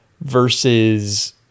versus